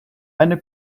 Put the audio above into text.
eine